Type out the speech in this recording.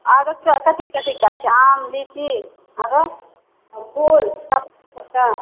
आर कथि कथिके गाछ छै आम लीची आरो फूल सबटा